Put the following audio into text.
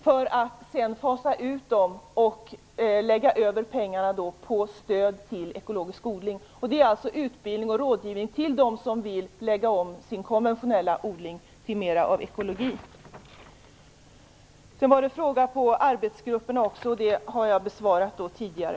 Så småningom skall det fasas ut, och pengarna skall läggas över på stöd till ekologisk odling. Det gäller utbildning av och rådgivning till de som vill lägga om sin konventionella odling till en ekologisk. Gudrun Lindvall ställde också en fråga om arbetsgrupperna. Den har jag besvarat tidigare.